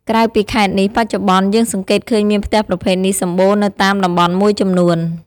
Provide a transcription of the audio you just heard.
ក្រៅពីខេត្តនេះ បច្ចុប្បន្ន យើងសង្កេតឃើញមានផ្ទះប្រភេទនេះសម្បូរនៅតាមតំបន់មួយចំនួន។